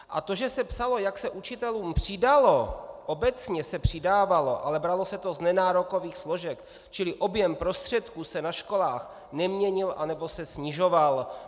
A to, že se psalo, jak se učitelům přidalo obecně se přidávalo, ale bralo se to z nenárokových složek, čili objem prostředků se na školách neměnil, anebo se snižoval.